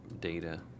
data